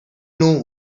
know